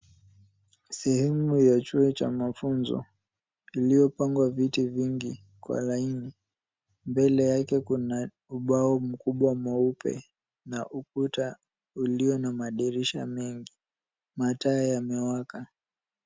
Sehemu ya chuo cha mafunzo iliyopangwa viti vingi kwa laini. Mbele yake kuna ubao mweupe na ukuta ulio na madirisha mengi. Mataa yamewaka.